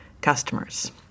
customers